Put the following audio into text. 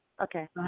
Okay